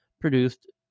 produced